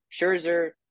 Scherzer